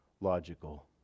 logical